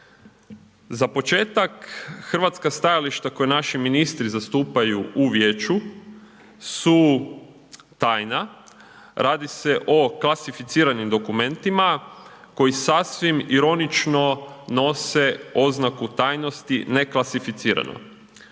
Za početak hrvatska stajališta koje naši ministri zastupaju u Vijeću su tajna, radi se o klasificiranim dokumentima koji sasvim ironično nose oznaku tajnosti neklasificirano.